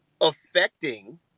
affecting